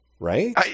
Right